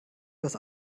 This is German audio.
dass